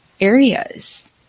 areas